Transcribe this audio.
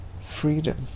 freedom